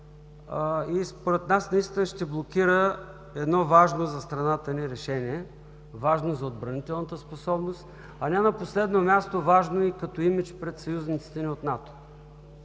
и според нас наистина ще блокира едно важно за страната ни решение, важно за отбранителната способност, а не на последно място, важно и като имидж пред съюзниците ни от НАТО.